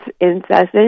incessant